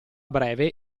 breve